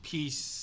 Peace